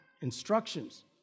Instructions